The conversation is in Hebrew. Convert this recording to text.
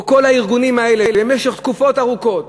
כל הארגונים האלה במשך תקופות ארוכות,